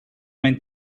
mijn